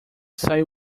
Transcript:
saiu